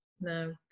No